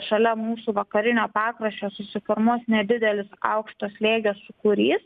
šalia mūsų vakarinio pakraščio susiformuos nedidelis aukšto slėgio sūkurys